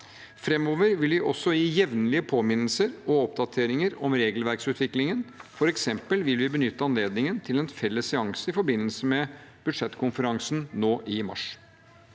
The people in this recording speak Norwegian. Framover vil vi også gi jevnlige påminnelser og oppdateringer om regelverksutviklingen. Vi vil f.eks. benytte anledningen til en felles seanse i forbindelse med budsjettkonferansen nå i mars.